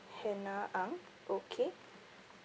hannah ang okay